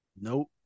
Nope